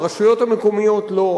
הרשויות המקומיות לא,